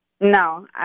No